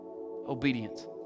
Obedience